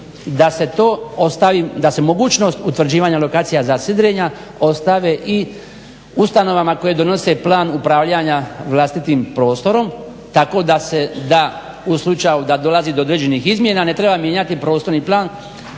da se mogućnost utvrđivanja lokacija za sidrenja ostave i ustanovama koje donose plan upravljanja vlastitim prostorom, tako da se da u slučaju da dolazi do određenih izmjena ne treba mijenjati prostorni plan